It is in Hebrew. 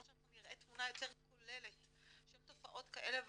שנראה תמונה יותר כוללת של תופעות כאלה ואחרות,